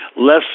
less